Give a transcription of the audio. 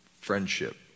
Friendship